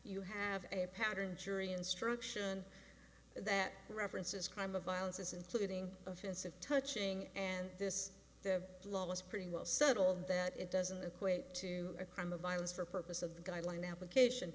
you have a pattern jury instruction that references crime of violence including offensive touching and this law was pretty well settled that it doesn't equate to a crime of violence for purpose of the guideline application